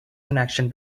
connection